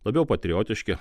labiau patriotiški